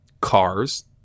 Cars